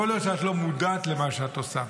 יכול להיות שאת לא מודעת למה שאת עושה,